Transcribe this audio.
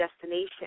destination